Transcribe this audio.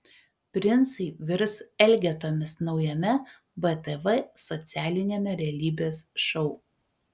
princai virs elgetomis naujame btv socialiniame realybės šou